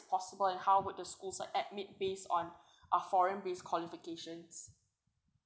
possible and how would the schools admit based on a foreign base qualification